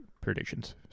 predictions